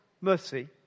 mercy